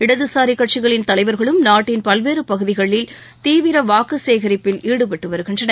இடதுசாரி கட்கிகளின் தலைவர்களும் நாட்டின் பல்வேறு பகுதிகளில் தீவிர வாக்கு சேகரிப்பில் ஈடுபட்டு வருகின்றனர்